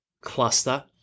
cluster